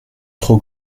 trop